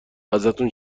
ازتون